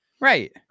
Right